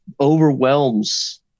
overwhelms